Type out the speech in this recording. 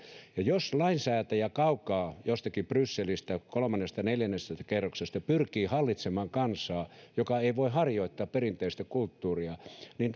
jos lainsäätäjä kaukaa jostakin brysselistä kolmannesta neljännestä kerroksesta pyrkii hallitsemaan kansaa joka ei voi harjoittaa perinteistä kulttuuriaan niin